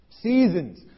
Seasons